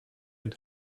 and